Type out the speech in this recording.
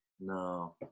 no